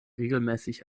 regelmäßig